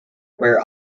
where